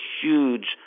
huge